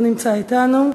לא נמצא אתנו.